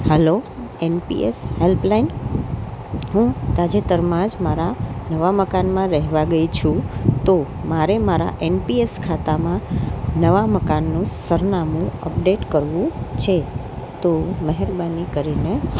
hello NPS help line હું તાજેતરમાં જ મારા નવાં મકાનમાં રહેવા ગઈ છું તો મારે મારા એનપીએસ ખાતામાં નવા મકાનનું સરનામું અપડેટ કરવું છે તો મહેરબાની કરીને